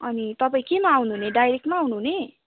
अनि तपाईँ केमा आउनु हुने डाइरेक्टमा आउनुहुने